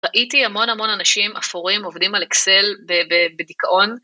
ראיתי המון המון אנשים אפורים עובדים על אקסל בדכאון.